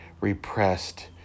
repressed